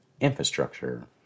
infrastructure